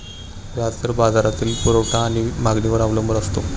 व्याज दर बाजारातील पुरवठा आणि मागणीवर अवलंबून असतो